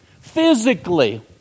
physically